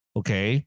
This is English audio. okay